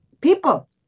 People